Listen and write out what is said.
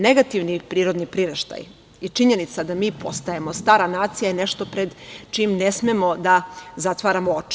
Negativni prirodni priraštaj i činjenica da mi postajemo stara nacija je nešto pred čim ne smemo da zatvaramo oči.